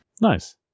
Nice